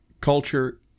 culture